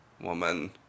woman